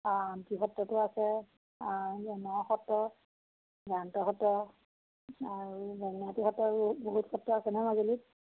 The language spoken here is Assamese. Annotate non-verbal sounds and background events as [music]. আউনীআটী সত্ৰতো আছে নসত্ৰ [unintelligible] সত্ৰ আৰু বেঙেনাআটী সত্ৰ এইবোৰ বহুত সত্ৰ আছে নহয় মাজুলীত